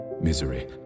misery